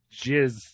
jizz